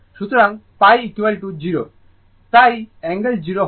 সুতরাং 0 তাই অ্যাঙ্গেল 0 হয়